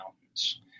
mountains